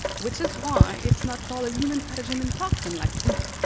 which is why it's not called a human pathogen and toxin license.